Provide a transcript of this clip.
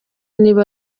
niba